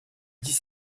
dix